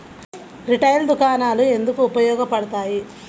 Retail దుకాణాలు ఎందుకు ఉపయోగ పడతాయి?